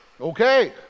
Okay